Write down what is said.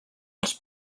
els